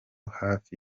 hafi